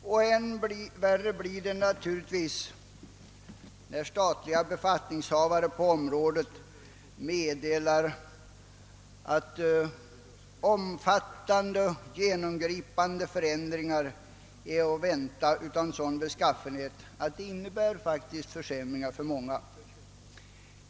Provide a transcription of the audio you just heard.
Och än värre blir det naturligtvis när statliga befattningshavare på området meddelar att omfattande och genomgripande förändringar är att vänta — förändringar av sådan beskaffenhet att de faktiskt för många innebär försämringar.